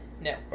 No